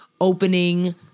opening